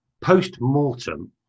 post-mortem